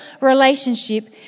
relationship